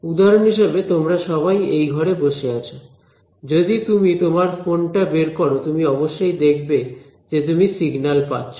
উদাহরণ হিসেবে তোমরা সবাই এই ঘরে বসে আছো যদি তুমি তোমার ফোন টা বের করো তুমি অবশ্যই দেখবে যে তুমি সিগন্যাল পাচ্ছ